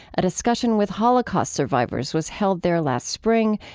a discussion with holocaust survivors was held there last spring.